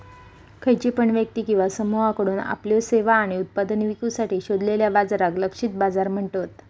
खयची पण व्यक्ती किंवा समुहाकडुन आपल्यो सेवा आणि उत्पादना विकुसाठी शोधलेल्या बाजाराक लक्षित बाजार म्हणतत